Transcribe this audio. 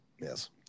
Yes